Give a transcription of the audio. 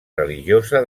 religiosa